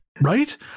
right